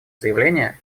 заявления